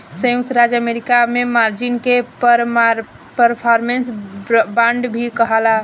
संयुक्त राज्य अमेरिका में मार्जिन के परफॉर्मेंस बांड भी कहाला